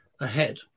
ahead